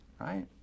Right